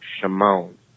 Shimon